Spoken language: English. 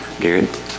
Garrett